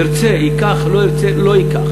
ירצה, ייקח, לא ירצה, לא ייקח.